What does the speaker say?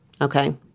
okay